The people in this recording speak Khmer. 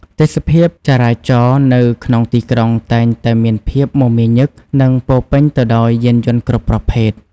ទេសភាពចរាចរណ៍នៅក្នុងទីក្រុងតែងតែមានភាពមមាញឹក និងពោរពេញទៅដោយយានយន្តគ្រប់ប្រភេទ។